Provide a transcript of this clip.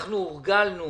הורגלנו